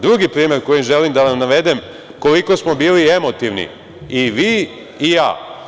Drugi primer, koji želim da vam navedem, koliko smo bili emotivni i vi i ja.